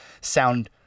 sound